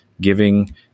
giving